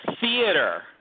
theater